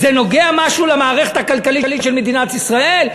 זה נוגע משהו למערכת הכלכלית של מדינת ישראל?